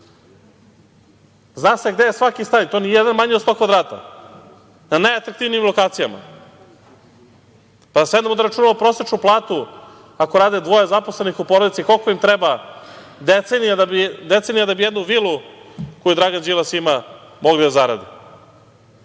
Zna se gde je svaki stan i to nijedan manje od 100 kvadrata, na najatraktivnijim lokacijama. Pa da sednemo da računamo prosečnu platu, ako rade dvoje zaposlenih u porodici, koliko treba decenija da bi jednu vilu koju Dragan Đilas ima, mogli da zarade,